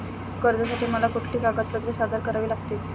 कर्जासाठी मला कुठली कागदपत्रे सादर करावी लागतील?